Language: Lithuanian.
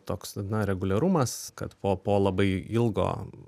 toks na reguliarumas kad po po labai ilgo